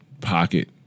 pocket